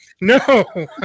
No